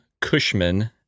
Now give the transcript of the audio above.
Cushman